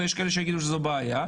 ויש כאלה שיגידו שזו בעיה.